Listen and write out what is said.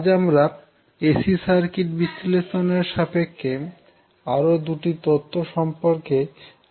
আজ আমরা AC circuit বিশ্লেষণের সাপেক্ষে আরও দুটি তত্ত্ব সম্পর্কে আলোচনা করবো